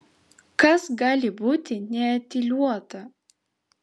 kas gali būti neetiliuota